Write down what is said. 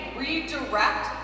redirect